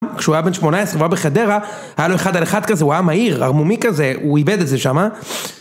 כשהוא היה בן שמונה עשרה והוא היה בחדרה, היה לו אחד על אחד כזה, הוא היה מהיר, ערמומי כזה, הוא איבד איזה שמה